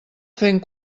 fent